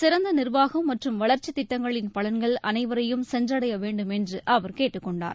சிறந்த நிர்வாகம் மற்றும் வளர்ச்சித்திட்டங்களின் பலன்கள் அனைவரையும் சென்றடைய வேண்டும் என்று அவர் கேட்டுக் கொண்டார்